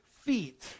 feet